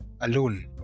alone